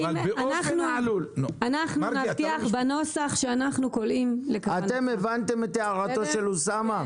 אנחנו נבטיח בנוסח שאנחנו --- אתם הבנתם את הערתו של אוסאמה?